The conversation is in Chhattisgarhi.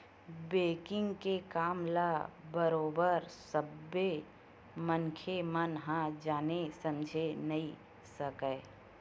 बेंकिग के काम ल बरोबर सब्बे मनखे मन ह जाने समझे नइ सकय